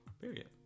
period